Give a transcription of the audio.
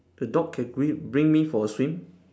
the dog can bring bring me for a swim